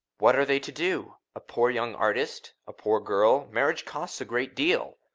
what are they to do? a poor young artist a poor girl marriage costs a great deal.